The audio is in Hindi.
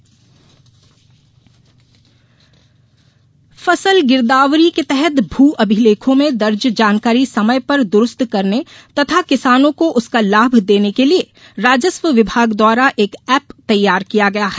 कृषि गिरदावरी फसल गिरदावरी के तहत भू अभिलेखों में दर्ज जानकारी समय पर दुरुस्त करने तथा किसानों को उसका लाभ देने के लिए राजस्व विभाग द्वारा एक एप तैयार किया गया है